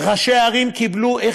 ראשי ערים קיבלו,